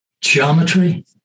geometry